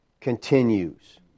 continues